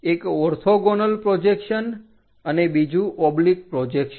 એક orthogonal projection અને બીજું ઓબ્લિક પ્રોજેક્શન